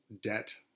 debt